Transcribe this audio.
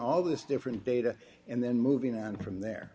all this different data and then moving on from there